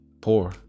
poor